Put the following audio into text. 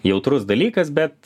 jautrus dalykas bet